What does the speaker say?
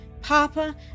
Papa